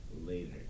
later